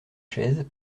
chaise